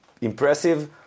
impressive